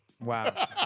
Wow